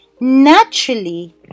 naturally